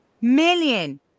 million